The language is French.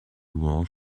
louanges